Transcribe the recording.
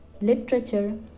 literature